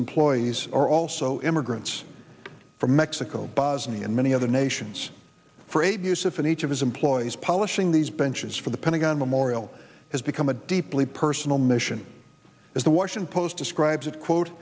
some ploys are also immigrants from mexico bosnia and many other nations for eight years if and each of his employees polishing these benches for the pentagon memorial has become a deeply personal mission as the washington post describes it quote